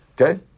Okay